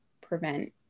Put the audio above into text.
prevent